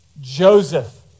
Joseph